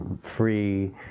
free